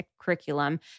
curriculum